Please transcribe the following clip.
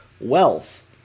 wealth